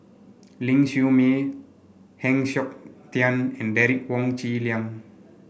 Ling Siew May Heng Siok Tian and Derek Wong Zi Liang